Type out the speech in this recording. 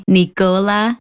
Nicola